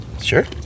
Sure